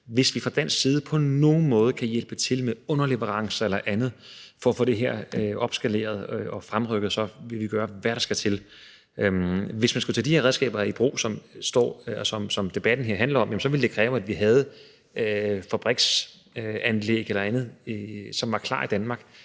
hvis vi fra dansk side på nogen måde kan hjælpe til med underleverancer eller andet for at få det her opskaleret og fremrykket, så vil vi gøre, hvad der skal til. Hvis man skulle tage de redskaber i brug, som debatten her handler om, ville det kræve, at vi havde fabriksanlæg eller andet, som var klar i Danmark